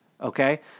Okay